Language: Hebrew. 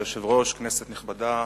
אדוני היושב-ראש, כנסת נכבדה,